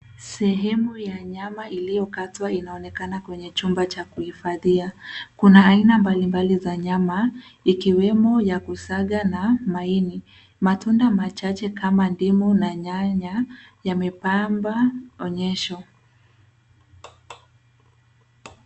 Sehemu ya nyama iliyokatwa inaonekana kwenye chumba cha kuhifadhia. Kuna aina mbalimbali za nyama, ikiwemo ya kusaga na maini. Matunda machache kama ndimu na nyanya, yamepamba onyesho.